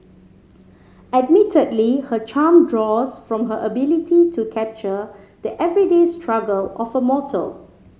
admittedly her charm draws from her ability to capture the everyday struggle of a mortal